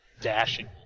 dashing